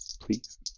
please